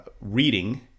reading